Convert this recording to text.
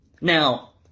Now